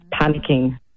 panicking